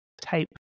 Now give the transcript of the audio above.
type